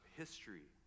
history